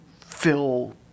fill